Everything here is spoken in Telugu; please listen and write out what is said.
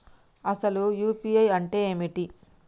అసలు యూ.పీ.ఐ అంటే ఏమిటి?